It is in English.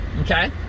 Okay